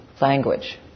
language